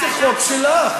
זה חוק שלך.